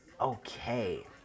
Okay